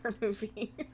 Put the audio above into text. movie